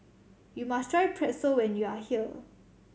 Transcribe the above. you must try Pretzel when you are here